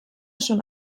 schon